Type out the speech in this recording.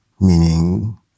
Meaning